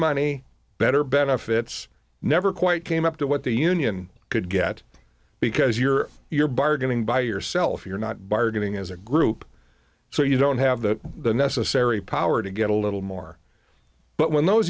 money better benefits never quite came up to what the union could get because you're you're bargaining by yourself you're not bargaining as a group so you don't have the necessary power to get a little more but when those